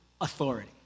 authority